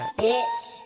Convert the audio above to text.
bitch